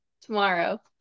tomorrow